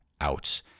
out